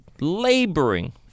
laboring